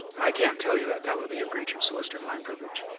i can't tell you that. that would be a breach of solicitor-client privilege.